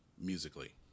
musically